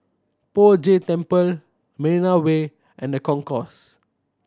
Poh Jay Temple Marina Way and The Concourse